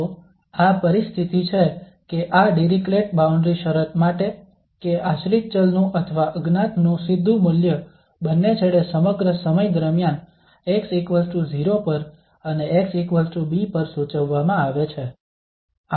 તો આ પરિસ્થિતિ છે કે આ ડિરીક્લેટ બાઉન્ડ્રી શરત માટે કે આશ્રિત ચલ નુ અથવા અજ્ઞાતનું સીધું મૂલ્ય બંને છેડે સમગ્ર સમય દરમિયાન x0 પર અને xb પર સૂચવવામાં આવે છે